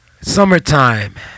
Summertime